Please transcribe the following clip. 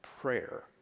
prayer